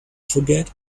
forget